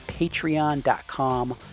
Patreon.com